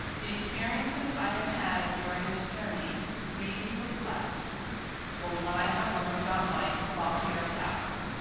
the experiences i have had during this journey made me reflect on what i have learned about life while here at towson.